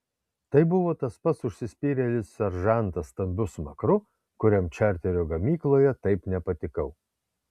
tai buvo tas pats užsispyrėlis seržantas stambiu smakru kuriam čarterio gamykloje taip nepatikau